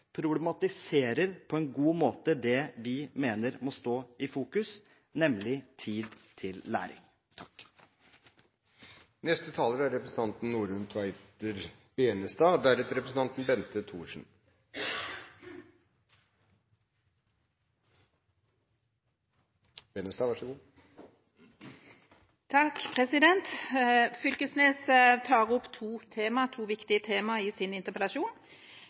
problematiserer på en god måte det vi mener må stå i fokus, nemlig tid til læring. Representanten Knag Fylkesnes tar opp to viktige tema i sin interpellasjon. Det ene går på det han beskriver som et omfattende system for måling i